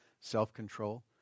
self-control